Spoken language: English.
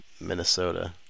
Minnesota